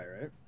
right